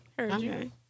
Okay